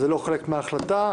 וזה לא חלק מההחלטה כמובן.